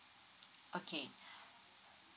okay